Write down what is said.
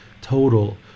total